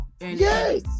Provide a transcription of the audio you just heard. Yes